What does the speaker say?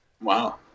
wow